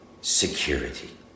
security